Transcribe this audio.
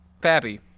pappy